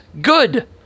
good